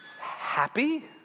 happy